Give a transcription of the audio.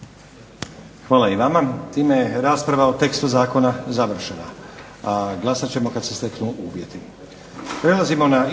Hvala i vama. Ovime je rasprava o tekstu zakona završena. A glasat ćemo kada se steknu uvjeti.